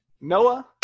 Noah